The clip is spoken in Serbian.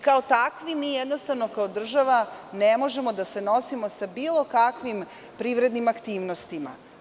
Kao takvi, mi kao država ne možemo da se nosimo sa bilo kakvim privrednim aktivnostima.